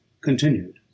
Continued